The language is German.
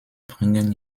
bringen